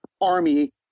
army